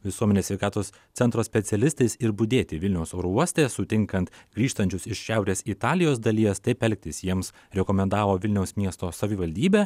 visuomenės sveikatos centro specialistais ir budėti vilniaus oro uoste sutinkant grįžtančius iš šiaurės italijos dalies taip elgtis jiems rekomendavo vilniaus miesto savivaldybė